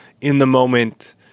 in-the-moment